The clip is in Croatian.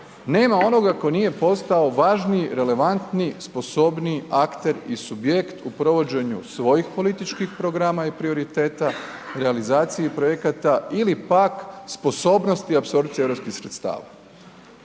nema onoga tko nije postao važniji, relevantniji, sposobniji akter i subjekt u provođenju svojih političkih programa i prioriteta realizaciji projekata ili pak sposobnosti apsorpcije europskih sredstava.